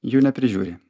jų neprižiūri